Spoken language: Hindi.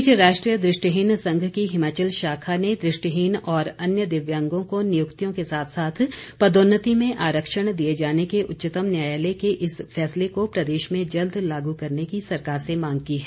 इस बीच राष्ट्रीय दृष्टिहीन संघ की हिमाचल शाखा ने दृष्टिहीन और अन्य दिव्यांगों को नियुक्तियों के साथ साथ पदोन्नति में आरक्षण दिए जाने के उच्चतम न्यायालय के इस फैसले को प्रदेश में जल्द लागू करने की सरकार से मांग की है